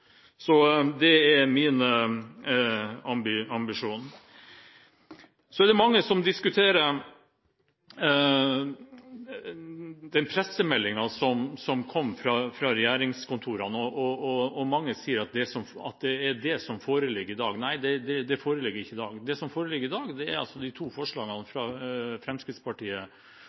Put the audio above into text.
så sterkt, for jeg tør ikke sende noen andre inn i departementet, i tilfelle det skjer et eller annet, slik at de glemmer hva de gjorde da de var i opposisjon. Det er min ambisjon. Det er mange som diskuterer pressemeldingen som kom fra regjeringskontorene, og mange sier at det er det som foreligger i dag. Nei, det er ikke det som foreligger i dag. Det som foreligger i